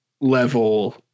level